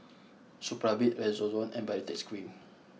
Supravit Redoxon and Baritex Cream